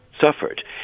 suffered